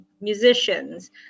musicians